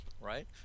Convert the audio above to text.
right